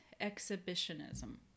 exhibitionism